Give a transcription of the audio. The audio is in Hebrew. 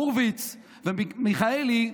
הורוביץ ומיכאלי,